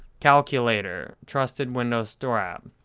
calculator, trusted windows store app.